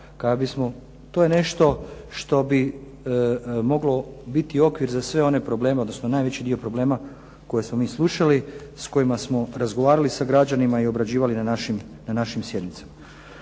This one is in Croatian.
to je nešto što bi moglo biti okvir za sve one probleme, odnosno najveći dio problema koje smo mi slušali, s kojima smo razgovarali sa građanima i obrađivali na našim sjednicama.